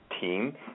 team